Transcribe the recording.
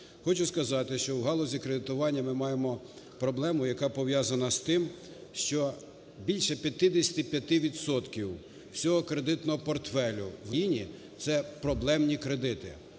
Хочу сказати, що в галузі кредитування ми маємо проблему, яка пов'язана з тим, що більше 55 відсотків всього кредитного портфелю в нашій країні це проблемні кредити.